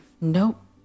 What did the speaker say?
Nope